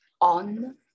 on